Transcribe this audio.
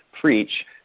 preach